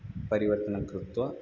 परिवर्तनं कृत्वा